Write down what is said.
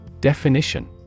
Definition